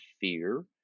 fear